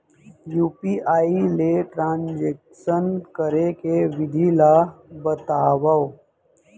UPI ले transaction करे के विधि ला बतावव?